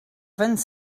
vingt